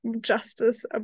justice